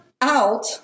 out